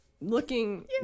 looking